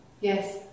Yes